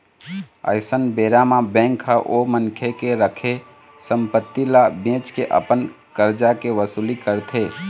अइसन बेरा म बेंक ह ओ मनखे के रखे संपत्ति ल बेंच के अपन करजा के वसूली करथे